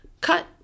cut